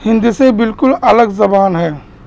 ہندی سے بالکل الگ زبان ہے